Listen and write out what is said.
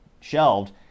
shelved